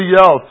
else